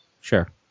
Sure